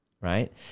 right